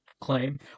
claim